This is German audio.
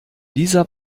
dieser